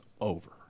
over